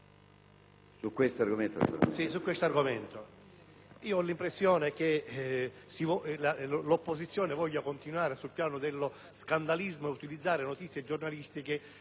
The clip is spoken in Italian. Signor Presidente, ho l'impressione che l'opposizione voglia continuare sul piano dello scandalismo e utilizzare notizie giornalistiche